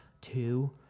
two